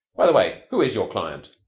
by the way, who is your client?